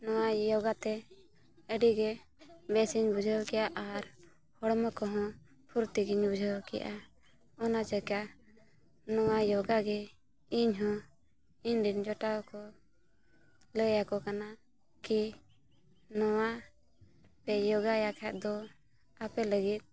ᱱᱚᱣᱟ ᱡᱳᱜᱟᱛᱮ ᱟᱹᱰᱤᱜᱮ ᱵᱮᱥᱤᱧ ᱵᱩᱡᱷᱟᱹᱣ ᱠᱮᱭᱟ ᱟᱨ ᱦᱚᱲᱢᱚ ᱠᱚᱦᱚᱸ ᱯᱷᱩᱨᱛᱤᱜᱤᱧ ᱵᱩᱡᱷᱟᱹᱣ ᱠᱮᱜᱼᱟ ᱚᱱᱟ ᱪᱤᱠᱟᱹ ᱱᱚᱣᱟ ᱡᱳᱜᱟᱜᱮ ᱤᱧᱦᱚᱸ ᱤᱧᱨᱮᱱ ᱡᱚᱴᱟᱣ ᱠᱚ ᱞᱟᱹᱭᱟᱠᱚ ᱠᱟᱱᱟ ᱠᱤ ᱱᱚᱣᱟ ᱯᱮ ᱡᱚᱜᱟᱭᱟ ᱠᱷᱟᱡ ᱫᱚ ᱟᱯᱮ ᱞᱟᱹᱜᱤᱫ